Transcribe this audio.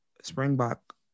Springbok